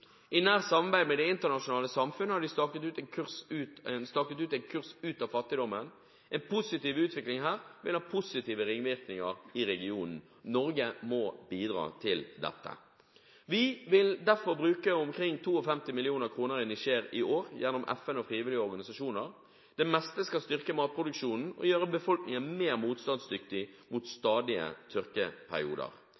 I nært samarbeid med det internasjonale samfunn har de staket ut en kurs ut av fattigdommen. En positiv utvikling her vil ha positive ringvirkninger i regionen. Norge må bidra til dette. Vi vil derfor bruke omkring 52 mill. kr i Niger i år gjennom FN og frivillige organisasjoner. Det meste skal styrke matproduksjonen og gjøre befolkningen mer motstandsdyktig mot